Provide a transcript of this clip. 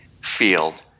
field